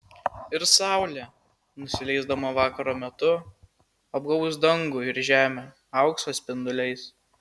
ir saulė nusileisdama vakaro metu apgaubs dangų ir žemę aukso spinduliais